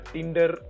Tinder